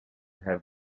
have